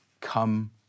come